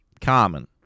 common